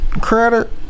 Credit